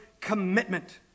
commitment